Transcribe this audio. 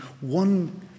one